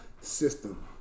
system